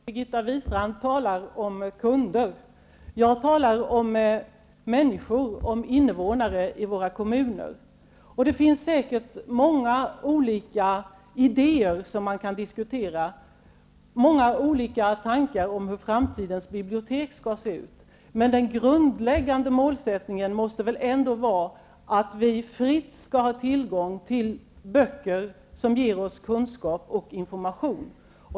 Herr talman! Birgitta Wistrand talar om kunder. Jag talar om människor, om invånare i våra kommuner. Det finns säkert många olika idéer och många olika tankar om hur framtidens bibliotek skall se ut som man kan diskutera. Men den grundläggande målsättningen måste väl ändå vara att vi fritt skall ha tillgång till böcker som ger oss kunskap och information.